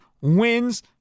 wins